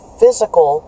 physical